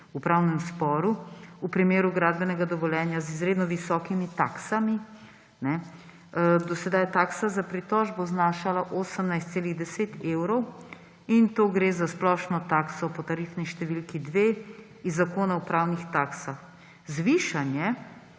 v pravnem sporu v primeru gradbenega dovoljenja z izredno visokimi taksami. Do sedaj je taksa za pritožbo znašala 18,10 evra in to gre za splošno takso po tarifni številki 2 iz Zakona o upravnih taksah. Zvišanje